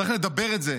צריך לדבר את זה,